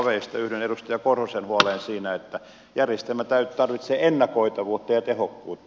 yhdyn edustaja korhosen huoleen siinä että järjestelmä tarvitsee ennakoitavuutta ja tehokkuutta